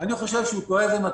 אני חושב שהוא טועה ומטעה.